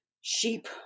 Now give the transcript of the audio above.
sheep